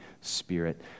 spirit